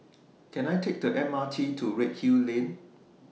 Can I Take The M R T to Redhill Lane